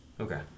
Okay